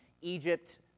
Egypt